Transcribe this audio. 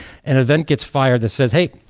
an event gets fired that says, hey,